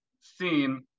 seen